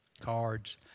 cards